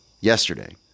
yesterday